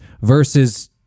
versus